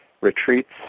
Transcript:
retreats